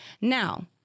Now